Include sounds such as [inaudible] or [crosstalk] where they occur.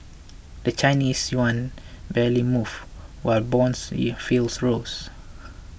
the Chinese yuan barely moved while bond yields [unintelligible] rose